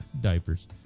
Diapers